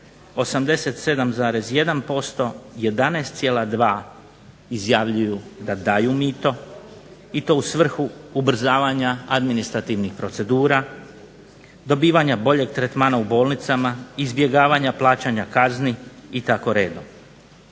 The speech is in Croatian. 87,1% 11,2 izjavljuju da daju mito i to u svrhu ubrzavanja administrativnih procedura, dobivanja boljih tretmana u bolnicama, izbjegavanja plaćanja kazni itd.